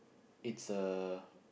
it's a